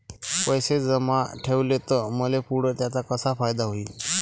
पैसे जमा ठेवले त मले पुढं त्याचा कसा फायदा होईन?